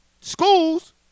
schools